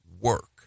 work